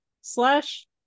slash